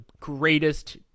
greatest